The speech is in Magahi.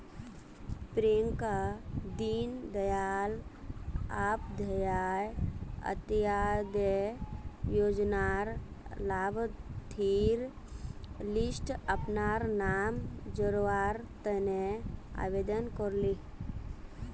प्रियंका दीन दयाल उपाध्याय अंत्योदय योजनार लाभार्थिर लिस्टट अपनार नाम जोरावर तने आवेदन करले